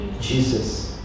Jesus